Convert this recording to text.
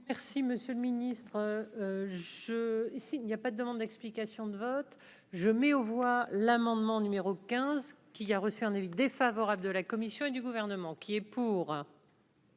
Merci monsieur le ministre je et s'il n'y a pas de demande d'explication de vote. Je mets aux voix l'amendement numéro 15, qu'il y a reçu un avis défavorable de la Commission et du gouvernement qui est pour.